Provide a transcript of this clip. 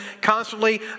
constantly